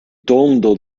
tondo